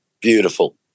beautiful